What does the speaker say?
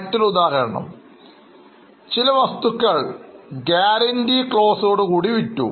മറ്റൊരു ഉദാഹരണം ചില വസ്തുക്കൾ ഗ്യാരണ്ടി ക്ലോസ് ഓടുകൂടി വിറ്റു